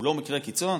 הוא לא מקרה קיצון?